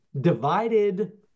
divided